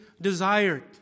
desired